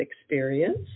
experience